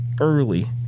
early